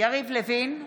יריב לוין,